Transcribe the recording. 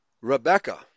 Rebecca